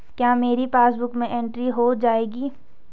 क्या मेरी पासबुक में एंट्री हो जाएगी?